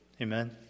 Amen